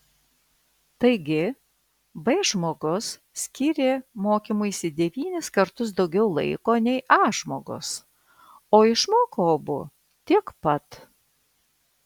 taigi b žmogus skyrė mokymuisi devynis kartus daugiau laiko nei a žmogus o išmoko abu tiek pat